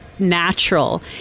Natural